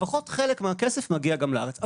לפחות חלק מהכסף מגיע גם לארץ,